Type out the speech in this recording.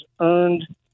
earned